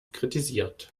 kritisiert